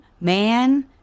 man